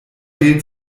wählt